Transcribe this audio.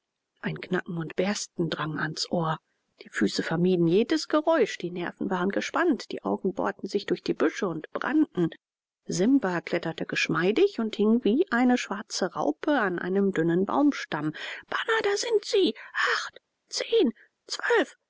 ein knacken und bersten drang ans ohr die füße vermieden jedes geräusch die nerven waren gespannt die augen bohrten sich durch die büsche und brannten simba kletterte geschmeidig und hing wie eine schwarze raupe an einem dünnen baumstamm bana da sind sie acht zehn zwölf